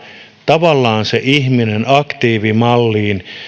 tavallaan se ihminen aktiivimalliin ja